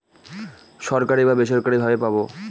সরকারি বা বেসরকারি ভাবে পাবো